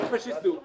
חופש העיסוק,